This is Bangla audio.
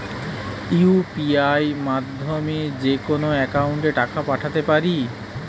ইউ.পি.আই মাধ্যমে যেকোনো একাউন্টে টাকা পাঠাতে পারি?